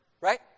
Right